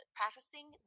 practicing